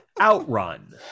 Outrun